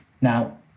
Now